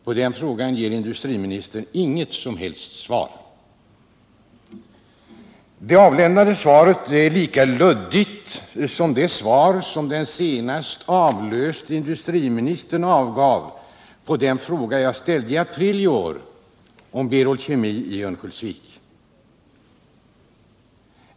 På den frågan ger industriministern inget som helst svar. Det nu avlämnade svaret är lika luddigt som det svar som den senast avlöste industriministern avgav på den fråga jag ställde i april i år om Berol Kemi i Örnsköldsvik.